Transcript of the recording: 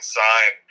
sign